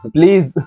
Please